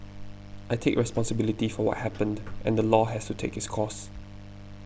I take responsibility for what happened and the law has to take its course